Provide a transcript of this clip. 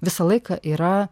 visą laiką yra